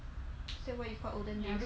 is that what you call olden days